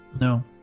No